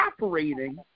operating